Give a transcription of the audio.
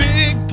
Big